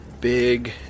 big